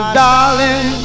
darling